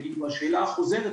והשאלה החוזרת,